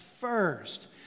first